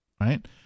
Right